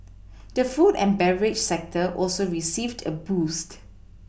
the food and beverage sector also received a boost